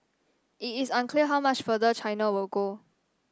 it is unclear how much farther China will go